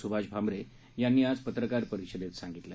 सुभाष भामरे यांनी आज पत्रकार परिषदेत सांगितलं